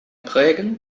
prägen